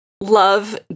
love